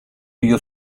you